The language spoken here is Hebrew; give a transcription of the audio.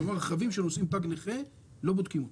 כלומר, רכבים שנושאים תג נכה, לא בודקים אותם.